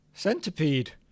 Centipede